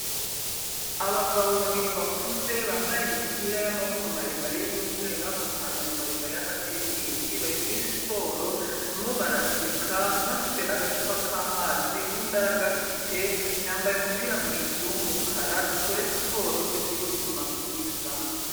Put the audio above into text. Abagabo babiri bakuze, bambaye imipira y'amaboko maremare y'umweru, n'amapantaro maremare y'amatiriningi, bari muri siporo, barimo baraseka, umwe afite n'agacupa k'amazi n'undi araragafite, yambaye umupira mu ijosi w'umukara, dukore siporo tugire ubuzima bwiza.